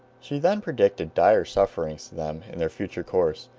she then predicted dire sufferings to them in their future course,